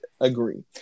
agree